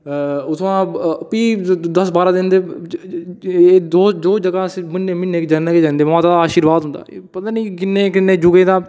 उत्थु'आं फ्ही असें मैटाडोर पकड़ी फ्ही दस बारां दिन दे दो जगहां अस म्हीने म्हीने जन्ने गै जन्ने अस मां दा आर्शिवाद होंदा पता नेई किन्ने किन्ने जुगें दा